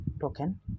token